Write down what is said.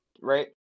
right